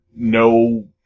No